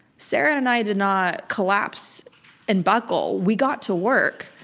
sarah and and i did not collapse and buckle. we got to work.